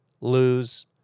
lose